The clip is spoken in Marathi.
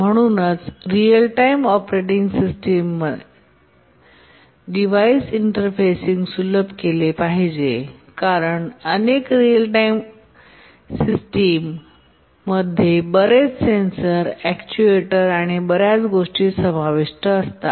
म्हणूनच रिअल टाइम ऑपरेटिंग सिस्टमने डिव्हाइस इंटरफेसिंग सुलभ केले पाहिजे कारण अनेक रीअल टाइम सिस्टम मध्ये बरेच सेन्सर अॅक्ट्यूएटर आणि बर्याच गोष्टी समाविष्ट असतात